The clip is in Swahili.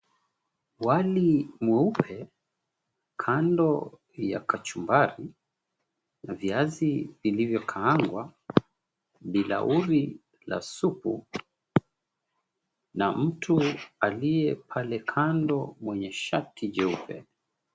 Wali mweupe, kando ya kachumbari na viazi vilivyokaangwa, bilauri la supu, na mtu aliye pale kando mwenye shati jeupe.